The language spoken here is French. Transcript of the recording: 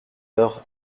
heures